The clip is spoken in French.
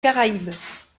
caraïbes